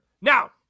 Now